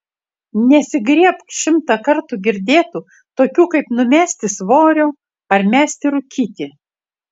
nesigriebk šimtą kartų girdėtų tokių kaip numesti svorio ar mesti rūkyti